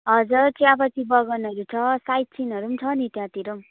हजुर चियापत्ती बगानहरू छ साइटसिनहरू पनि छ नि त्यहाँतिर